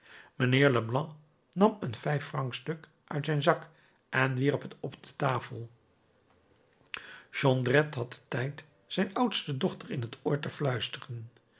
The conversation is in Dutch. mijnheer leblanc nam een vijffrancstuk uit zijn zak en wierp het op de tafel jondrette had den tijd zijn oudste dochter in t oor te fluisteren